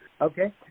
Okay